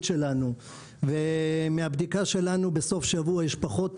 שלנו ומהבדיקה שלנו בסוף שבוע יש פחות תאונות,